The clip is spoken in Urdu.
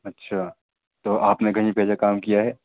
اچھا تو آپ نے کہیں پہلے کام کیا ہے